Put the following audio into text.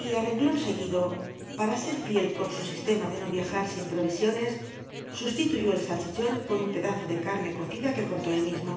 y i rcnglon seguido para ser fiel con su i tcma de no viajar sin provisiones sustituyó el srkhichon con un l edazo de came cocida que cortó él mismo